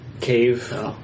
cave